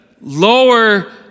lower